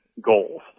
goals